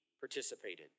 participated